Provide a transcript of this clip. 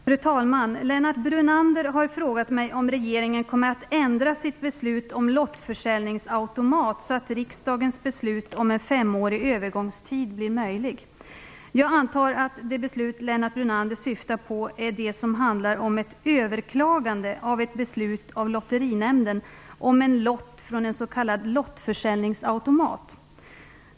Fru talman! Lennart Brunander har frågat mig om regeringen kommer att ändra sitt beslut om lottförsäljningsautomater så att riksdagens beslut om en femårig övergångstid blir möjlig. Jag antar att det beslut Lennart Brunander syftar på är det som handlar om ett överklagande av ett beslut av Lotterinämnden om en lott från en s.k. lottförsäljningsautomat.